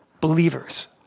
believers